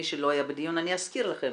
מי שלא היה בדיון אני אזכיר לכם,